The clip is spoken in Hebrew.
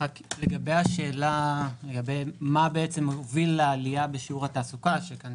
לגבי השאלה מה הוביל לעלייה בשיעור התעסוקה, שאלה